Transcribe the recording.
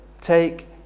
take